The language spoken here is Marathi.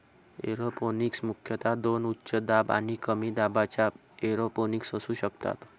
एरोपोनिक्स मुख्यतः दोन उच्च दाब आणि कमी दाबाच्या एरोपोनिक्स असू शकतात